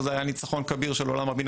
זה היה ניצחון כביר של עולם הבינה